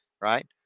right